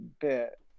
bit